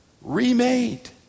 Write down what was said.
remade